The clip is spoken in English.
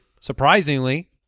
Surprisingly